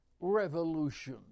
revolution